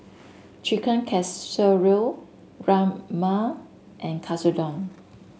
Chicken Casserole Rajma and Katsudon